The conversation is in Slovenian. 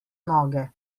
noge